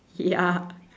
ya